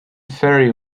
ferry